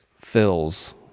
fills